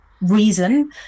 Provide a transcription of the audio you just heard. reason